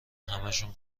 همهشون